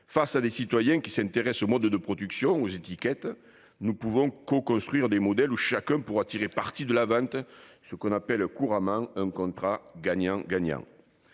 Face à des citoyens qui s'intéressent aux modes de production, aux étiquettes, nous pouvons coconstruire des modèles où chacun pourra tirer parti de la vente, ce que l'on appelle couramment un contrat « gagnant-gagnant